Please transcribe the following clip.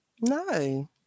no